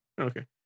Okay